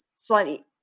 slightly